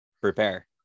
prepare